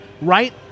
Right